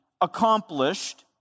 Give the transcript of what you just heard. accomplished